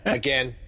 again